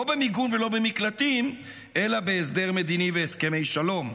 במיגון ולא במקלטים אלא בהסדר מדיני והסכמי שלום.